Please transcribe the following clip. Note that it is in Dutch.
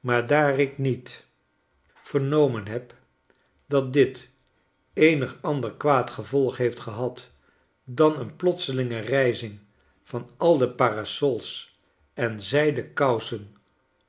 maar daar ik niet vernomen heb dat dit eenig ander kwaad gevolg heeft gehad dan een plotselinge rijzing van al de parasols en zijden kousen